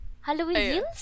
Halloween